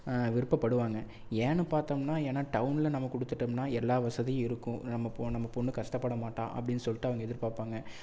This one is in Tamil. விருப்பப்படுவாங்க ஏன் பார்த்தோம்னா ஏன்னா டவுனில் நாம் கொடுத்துட்டோம்னா எல்லா வசதியும் இருக்கும் நம்ம பொ நம்மப் பொண்ணு கஷ்டப்பட மாட்டாள் அப்படின்னு சொல்லிவிட்டு அவங்க எதிர்பார்ப்பாங்க